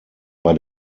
bei